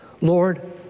Lord